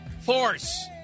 Force